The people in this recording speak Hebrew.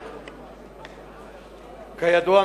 כידוע,